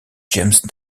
james